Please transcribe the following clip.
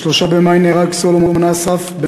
ב-3 במאי נהרג סולומון אסרף,